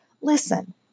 Listen